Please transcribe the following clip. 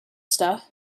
stuff